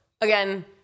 Again